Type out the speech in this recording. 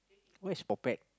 what is potpet